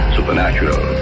Supernatural